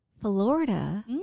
Florida